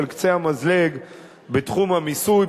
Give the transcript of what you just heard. על קצה המזלג בתחום המיסוי,